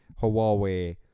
Huawei